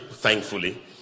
Thankfully